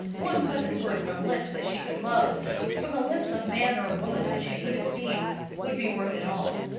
one pleasant word from lips that she could love from the lips of man or woman that she could esteem would be worth it all.